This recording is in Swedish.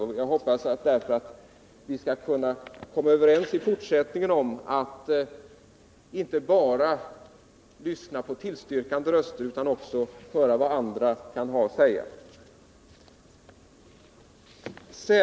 Därför hoppas jag att vi i fortsättningen skall kunna komma överens om att inte bara lyssna på tillstyrkande röster utan också höra vad andra kan ha att säga.